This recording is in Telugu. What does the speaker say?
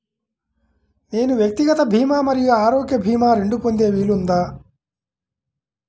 నేను వ్యక్తిగత భీమా మరియు ఆరోగ్య భీమా రెండు పొందే వీలుందా?